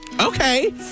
okay